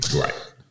right